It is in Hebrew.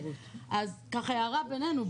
אז ככה הערה בינינו,